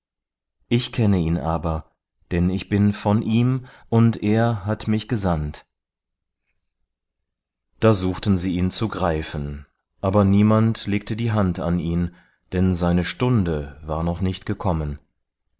ich kenne ihn aber denn ich bin von ihm und er hat mich gesandt da suchten sie ihn zu greifen aber niemand legte die hand an ihn denn seine stunde war noch nicht gekommen